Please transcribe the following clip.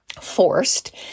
forced